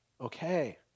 okay